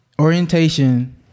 orientation